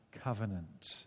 covenant